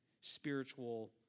spiritual